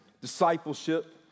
discipleship